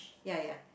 ya ya